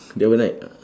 that one right